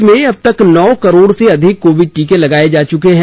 देश में अब तक नौ करोड से अधिक कोविड टीके लगाए जा चुके हैं